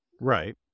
Right